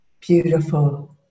beautiful